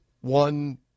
one